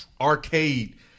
arcade